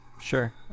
sure